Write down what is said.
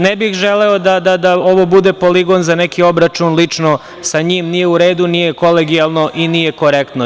Ne bih želeo da ovo bude poligon za neki obračun lično sa njim, nije u redu, nije kolegijalno i nije korektno.